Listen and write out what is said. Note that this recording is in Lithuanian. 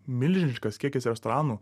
milžiniškas kiekis restoranų